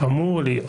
אמור להיות.